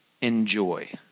enjoy